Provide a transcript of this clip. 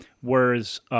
whereas